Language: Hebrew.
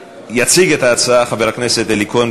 יציג את ההצעה חבר הכנסת אלי כהן.